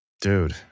Dude